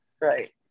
Right